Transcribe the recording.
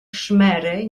szmery